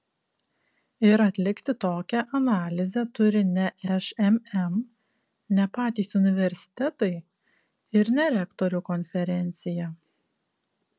ir atlikti tokią analizę turi ne šmm ne patys universitetai ir ne rektorių konferencija